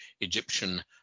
Egyptian